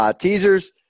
teasers